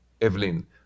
Evelyn